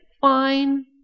fine